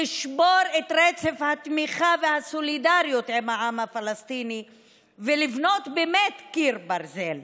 לשבור את רצף התמיכה והסולידריות עם העם הפלסטיני ולבנות באמת קיר ברזל.